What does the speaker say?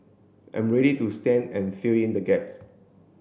I'm ready to stand and fill in the gaps